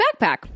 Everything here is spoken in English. backpack